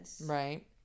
Right